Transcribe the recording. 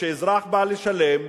ושאזרח בא לשלם,